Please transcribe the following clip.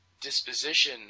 disposition